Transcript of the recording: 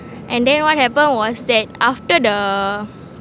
and then what happened was that after the